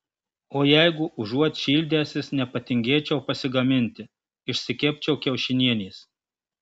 o jeigu užuot šildęsis nepatingėčiau pasigaminti išsikepčiau kiaušinienės